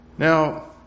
Now